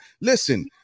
listen